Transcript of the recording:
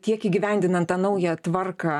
tiek įgyvendinant tą naują tvarką